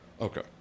okay